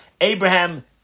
Abraham